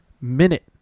minute